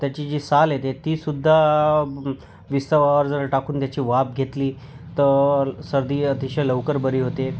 त्याची जी साल येते ती सुद्धा विस्तवावर जर टाकून त्याची वाफ घेतली तर सर्दी अतिशय लवकर बरी होते